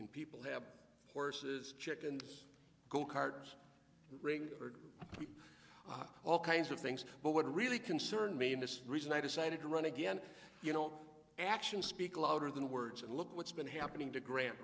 and people have horses chickens go carts ring all kinds of things but what really concerned me and the reason i decided to run again you know actions speak louder than words and look what's been happening to grant